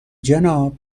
جناب